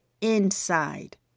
inside